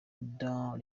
dans